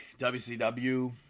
WCW